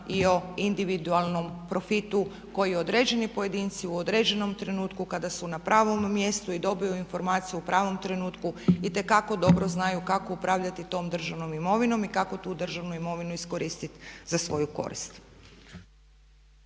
i o individualnom profitu koji određeni pojedinci u određenom trenutku kada su na pravom mjestu i dobiju informaciju u pravom trenutku itekako dobro znaju kako upravljati tom državnom imovinom i kako tu državnu imovinu iskoristiti za svoju korist.